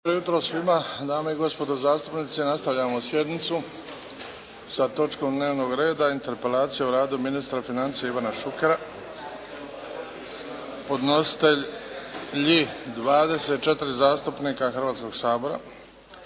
jutro svima! Dame i gospodo zastupnici, nastavljamo sjednicu sa točkom dnevnog reda - Interpelacija o radu ministra financija, Ivana Šukera, Podnositelji: 24 zastupnika Hrvatskoga sabora